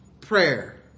prayer